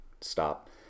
stop